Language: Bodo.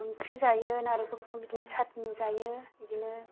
ओंख्रि जायो नारेंखलखौनो बिदिनो चाटनि जायो बिदिनो